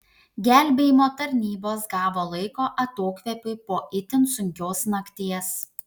gelbėjimo tarnybos gavo laiko atokvėpiui po itin sunkios nakties